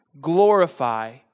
Glorify